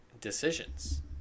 decisions